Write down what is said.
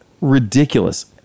ridiculous